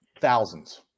thousands